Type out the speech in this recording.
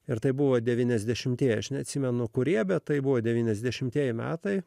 ir tai buvo devyniasdešimtieji aš neatsimenu kurie bet tai buvo devyniasdešimtieji metai